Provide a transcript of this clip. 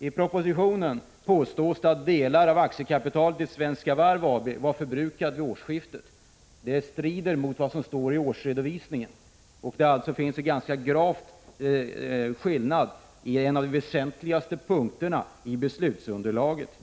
I propositionen påstås att delar av aktiekapitalet i Svenska Varv AB var förbrukat vid årsskiftet. Det strider mot vad som kan uttydas i årsredovisningen, och det finns alltså en ganska allvarlig skillnad på en av de väsentligaste punkterna i beslutsunderlaget.